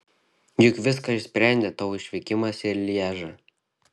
juk viską išsprendė tavo išvykimas į lježą